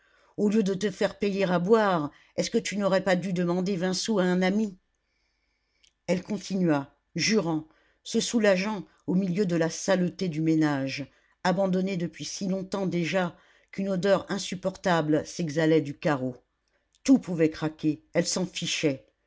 au lieu de te faire payer à boire est-ce que tu n'aurais pas dû demander vingt sous à un ami elle continua jurant se soulageant au milieu de la saleté du ménage abandonné depuis si longtemps déjà qu'une odeur insupportable s'exhalait du carreau tout pouvait craquer elle s'en fichait